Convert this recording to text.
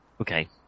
Okay